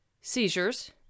seizures